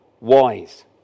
wise